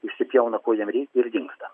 išsipjauna ko jiem reikia ir dingsta